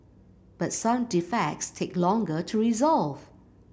but some defects take longer to resolve